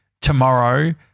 tomorrow